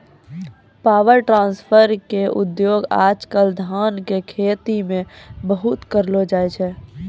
power tractor के उपयोग आज कल धान के खेती मॅ बहुत करलो जाय छै